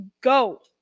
go